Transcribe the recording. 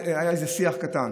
היה איזה שיח קטן.